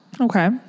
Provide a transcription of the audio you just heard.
Okay